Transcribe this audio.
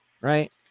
right